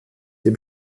dem